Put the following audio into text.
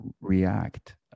react